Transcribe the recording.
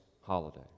holiday